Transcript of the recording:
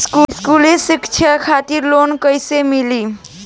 स्कूली शिक्षा खातिर लोन कैसे मिली?